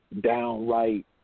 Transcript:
downright